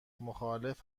مخالف